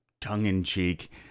tongue-in-cheek